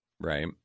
right